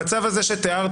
המצב הזה שתיארת,